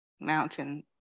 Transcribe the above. mountain